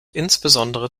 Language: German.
insbesondere